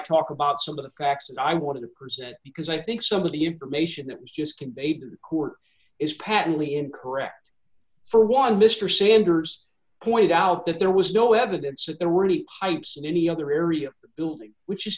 talk about some of the facts i want to present because i think some of the information that was just conveyed to the court is patently incorrect for one mr sanders pointed out that there was no evidence that there were any pipes in any other area of the building which is